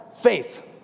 faith